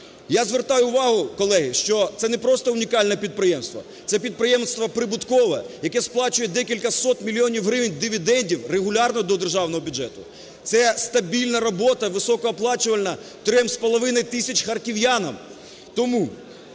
Я звертаю увагу, колеги, що це не просто унікальне підприємство, це підприємство прибуткове, яке сплачує декілька сот мільйонів гривень дивідендів регулярно до державного бюджету. Це стабільна робота, високооплачувана трьом з половиною тисячам харків'янам.